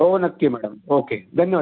हो नक्की madam okay धन्यवाद